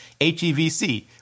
HEVC